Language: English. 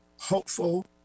hopeful